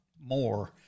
more